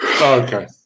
Okay